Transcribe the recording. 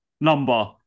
number